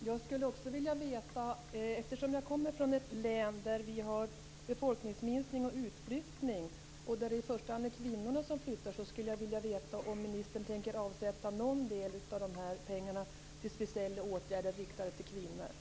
Fru talman! Eftersom jag kommer från ett län där vi har befolkningsminskning och utflyttning och där det i första hand är kvinnorna som flyttar, skulle jag vilja veta om ministern tänker avsätta någon del av de här pengarna till speciella åtgärder riktade till kvinnor.